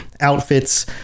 outfits